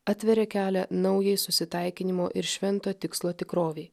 atveria kelią naujai susitaikinimo ir švento tikslo tikrovei